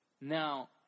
Now